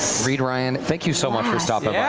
reid ryan, thank you so much for stopping yeah